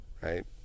Right